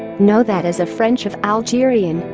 know that as a french of algerian,